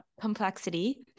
complexity